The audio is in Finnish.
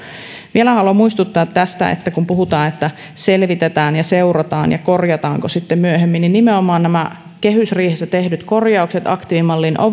vielä haluan muistuttaa tästä että kun puhutaan että selvitetään ja seurataan ja korjataanko sitten myöhemmin niin nimenomaan nämä kehysriihessä tehdyt korjaukset aktiivimalliin